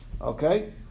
Okay